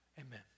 Amen